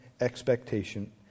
expectation